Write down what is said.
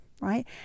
right